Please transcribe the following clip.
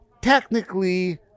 technically